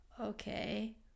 okay